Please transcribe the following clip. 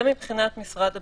זה מבחינת משרד הבריאות.